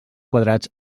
quadrats